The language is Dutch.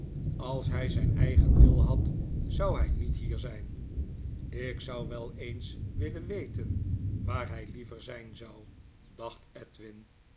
als hij zijn eigen wil had zou hij niet hier zijn ik zou wel eens willen weten waar hij liever zijn zou dacht edwin